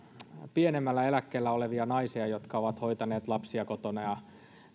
pienemmällä eläkkeellä olevia naisia jotka ovat hoitaneet lapsia kotona ja